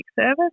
service